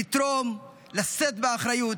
לתרום, לשאת באחריות.